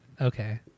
Okay